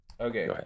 Okay